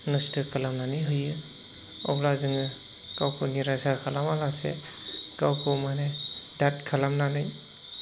नस्त' खालामनानै होयो अब्ला जोङो गावखौ निरासा खालामालासे गावखौ माने दाद खालामनानै